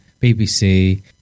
BBC